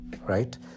Right